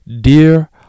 dear